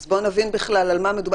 אז בוא נבין בכלל על מה מדובר.